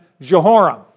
Jehoram